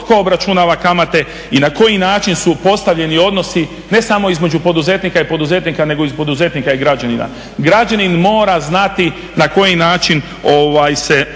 tko obračunava kamate i na koji način su postavljeni odnosi ne samo između poduzetnika i poduzetnika nego i poduzetnika i građanina. Građanin mora znati na koji način se